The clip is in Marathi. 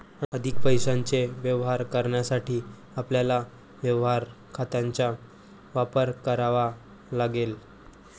अधिक पैशाचे व्यवहार करण्यासाठी आपल्याला व्यवहार खात्यांचा वापर करावा लागेल